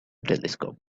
telescope